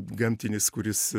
gamtinis kuris